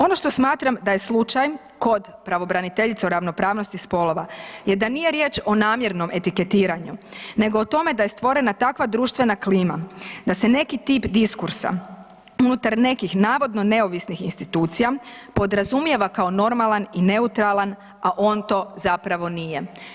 Ono što smatram da je slučaj kod pravobraniteljice o ravnopravnosti spolova je da nije riječ o namjernom etiketiranju nego o tome da je stvorena takva društvena klima da se neki tip diskursa unutar nekih navodno neovisnih institucija podrazumijeva kao normalan i neutralan, a on to zapravo nije.